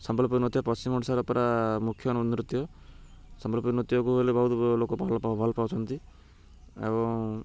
ସମ୍ବଲପୁରୀ ନୃତ୍ୟ ପଶ୍ଚିମ ଓଡ଼ିଶାର ପା ମୁଖ୍ୟ ନନ୍ଦୀ ନୃତ୍ୟ ସମ୍ବଲପୁରୀ ନୃତ୍ୟକୁ ହେଲେ ବହୁତ ଲୋକ ଭଲ ଭଲ ପାଉଛନ୍ତି ଏବଂ